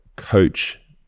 coach